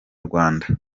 rwanda